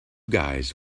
guys